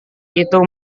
itu